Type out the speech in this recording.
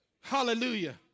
Hallelujah